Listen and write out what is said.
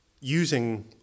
using